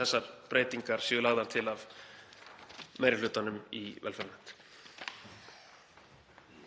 þessar breytingar séu lagðar til af meiri hlutanum í velferðarnefnd.